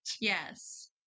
Yes